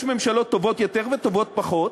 יש ממשלות טובות יותר וטובות פחות,